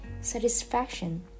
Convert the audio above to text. satisfaction